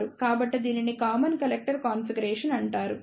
కాబట్టి దీనిని common collector configuration అంటారు